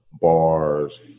bars